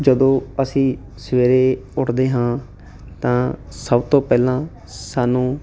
ਜਦੋਂ ਅਸੀਂ ਸਵੇਰੇ ਉਠਦੇ ਹਾਂ ਤਾਂ ਸਭ ਤੋਂ ਪਹਿਲਾਂ ਸਾਨੂੰ